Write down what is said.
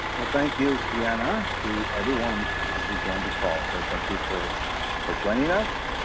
well thank you, sienna, to everyone who joined the call. so thank you for for joining us.